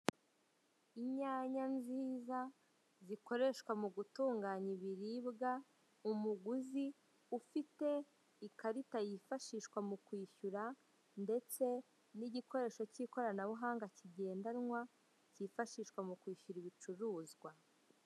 Inyanya nziza zikoreshwa mu gutunganya ibiribwa; umuguzi ufite ikarita yifashishwa mu kwishyura ndetse n'igikoresho k'ikoranabuhanga kigendanwa kifashishwa mu kwishyura ibicuruzwa.